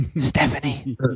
Stephanie